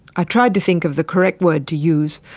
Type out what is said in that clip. i tried to think of the correct word to use,